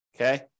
Okay